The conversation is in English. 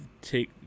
take